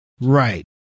Right